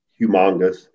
humongous